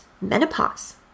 menopause